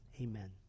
Amen